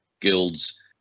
guilds